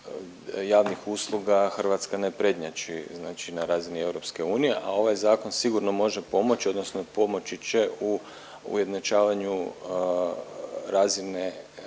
javnih usluga Hrvatska ne prednjači znači na razini EU, a ovaj zakon sigurno može pomoći, odnosno pomoći će